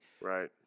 Right